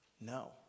No